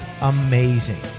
amazing